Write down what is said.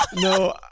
no